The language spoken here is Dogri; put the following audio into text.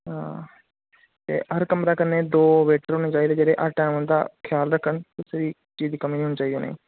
आं ते हर कमरा कन्नै दो वेटर होने चाहिदे जेह्ड़े हर टाइम उंदा ख्याल रक्खन कुसै चीज दी कमी नी होनी चाहिदी उ''नेंगी